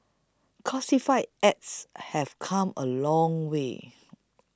classified ads have come a long way